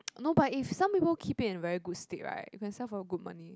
no but some people keep it in very good state right you can sell for good money